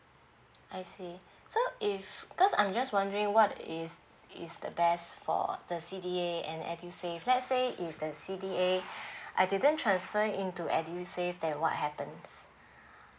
I see so if cause I'm just wondering what is is the best for the C_D_A and edusave let's say if the C_D_A I didn't trandfer into edusave then what happens